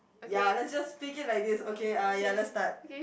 ya let's just take it like this okay ah ya let's start